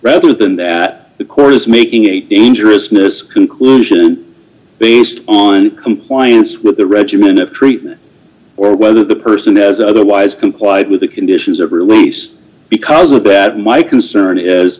rather than that the court is making a dangerousness conclusion based on compliance with the regimen of treatment or whether the person has otherwise complied with the conditions of release because of that my concern is